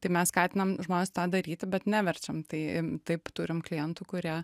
tai mes skatinam žmones tą daryti bet neverčiam tai taip turim klientų kurie